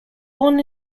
born